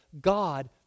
God